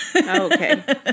Okay